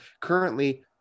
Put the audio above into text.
Currently